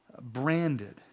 branded